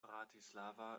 bratislava